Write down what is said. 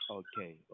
okay